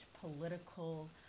political